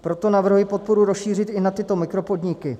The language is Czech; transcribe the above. Proto navrhuji podporu rozšířit i na tyto mikropodniky.